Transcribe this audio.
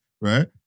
right